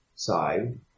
Side